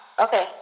okay